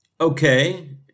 Okay